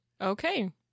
Okay